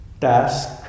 task